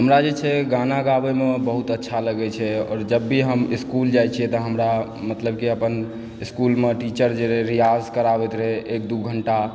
हमरा जे छै गाना गाबयमे बहुत अच्छा लगैत छै आओर जब भी हम इस्कूल जाइत छियै तऽ हमरा मतलब कि अपन इस्कूलमे टीचर जे रहय रियाज कराबैत रहै एक दू घण्टा